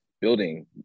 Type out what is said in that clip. building